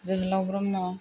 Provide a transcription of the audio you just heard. जोंलाव Brahma